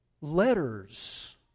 Letters